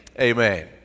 amen